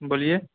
بولیے